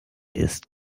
ist